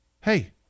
Hey